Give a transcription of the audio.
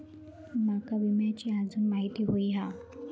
माका विम्याची आजून माहिती व्हयी हा?